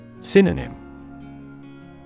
Synonym